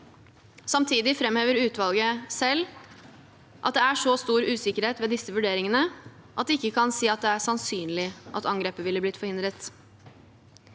Samtidig framhever utvalget selv at det er så stor usikkerhet ved disse vurderingene at de ikke kan si at det er sannsynlig at angrepet ville blitt forhindret.